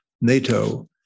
NATO